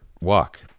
walk